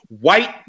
White